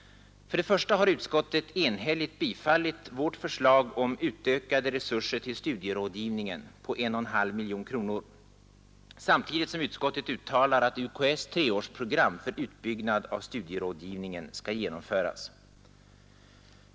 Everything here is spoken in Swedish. För det första har utskottet enhälligt tillstyrkt vårt förslag om utökade resurser till studierådgivningen på 1,5 miljoner kronor. Samtidigt uttalar utskottet att UKÄ:s treårsprogram för utbyggnad av studierådgivningen skall genomföras.